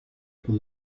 por